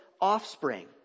offspring